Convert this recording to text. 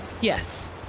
Yes